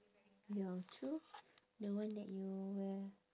ya true the one that you wear